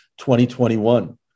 2021